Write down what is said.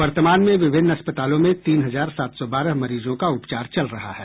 वर्तमान में विभिन्न अस्पतालों में तीन हजार सात सौ बारह मरीजों का उपचार चल रहा है